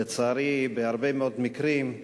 לצערי, בהרבה מאוד מקרים,